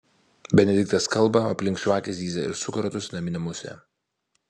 benediktas kalba o aplink žvakę zyzia ir suka ratus naminė musė